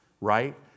right